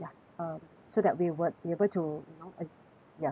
um so that we would be able to you know uh ya